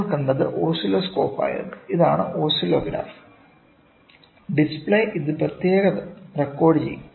നമ്മൾ കണ്ടത് ഓസിലോസ്കോപ്പ് ആയിരുന്നു ഇതാണ് ഓസിലോഗ്രാഫ് ഡിസ്പ്ലേ ഇത് പ്രത്യേകം റെക്കോർഡുചെയ്യാം